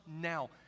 now